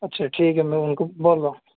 اچھا ٹھیک ہے میں ان کو بول رہا ہوں